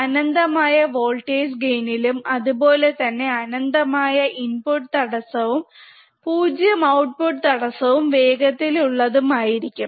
അനന്തമായ ആയ വോൾട്ടേജ് ഗെയിനിലും അതുപോലെ തന്നെ അനന്തമായ ഇൻപുട്ട് തടസ്സവും 0 ഔട്ട്പുട്ട് തടസ്സവും വേഗത്തിൽ ഉള്ളതും ആയിരിക്കും